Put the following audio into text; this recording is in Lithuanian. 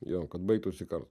jo kad baigtųsi karas